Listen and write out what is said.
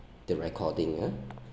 the recording ah